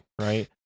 right